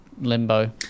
limbo